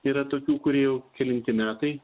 yra tokių kurie jau kelinti metai